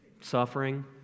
Suffering